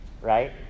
right